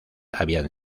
habían